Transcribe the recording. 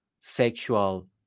sexual